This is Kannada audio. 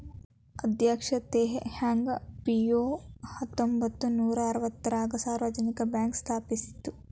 ಅಧ್ಯಕ್ಷ ತೆಹ್ ಹಾಂಗ್ ಪಿಯೋವ್ ಹತ್ತೊಂಬತ್ ನೂರಾ ಅರವತ್ತಾರಗ ಸಾರ್ವಜನಿಕ ಬ್ಯಾಂಕ್ ಸ್ಥಾಪಿಸಿದ